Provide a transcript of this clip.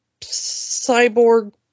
cyborg